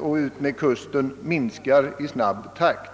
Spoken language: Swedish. och utmed kusten minskar i snabb takt.